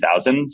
2000s